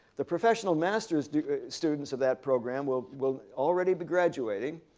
the professional master's students of that program will will already be graduating.